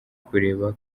kureba